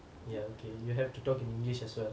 ya okay you have to talk in english as well